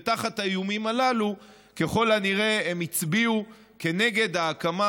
ותחת האיומים הללו ככל הנראה הם הצביעו כנגד ההקמה,